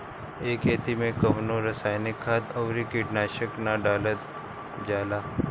ए खेती में कवनो रासायनिक खाद अउरी कीटनाशक ना डालल जाला